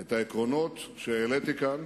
את העקרונות שהעליתי כאן,